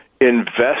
invest